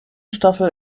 staffel